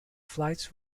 flights